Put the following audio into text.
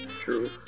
True